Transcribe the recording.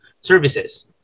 services